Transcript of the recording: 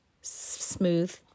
smooth